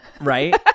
Right